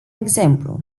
exemplu